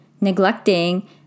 neglecting